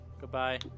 goodbye